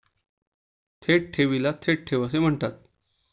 थेट ठेवीला थेट ठेव असे म्हणतात